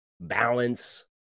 balance